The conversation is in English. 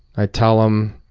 i tell them,